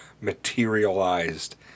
materialized